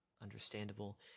understandable